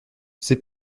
c’est